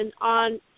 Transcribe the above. on